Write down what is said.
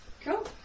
Cool